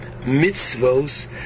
mitzvos